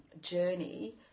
journey